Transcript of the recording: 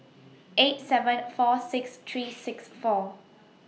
eight seven four six three six four